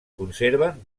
conserven